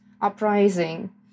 uprising